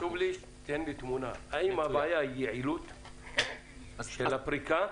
חשוב לי שתיתן לי תמונה האם הבעיה היא היעילות של הפריקה,